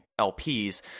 LPs